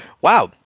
Wow